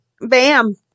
bam